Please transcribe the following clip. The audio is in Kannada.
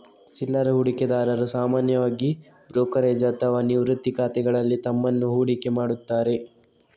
ಚಿಲ್ಲರೆ ಹೂಡಿಕೆದಾರರು ಸಾಮಾನ್ಯವಾಗಿ ಬ್ರೋಕರೇಜ್ ಅಥವಾ ನಿವೃತ್ತಿ ಖಾತೆಗಳಲ್ಲಿ ತಮ್ಮನ್ನು ಹೂಡಿಕೆ ಮಾಡುತ್ತಾರೆ